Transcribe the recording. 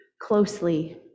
closely